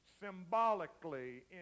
symbolically